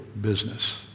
business